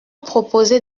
proposé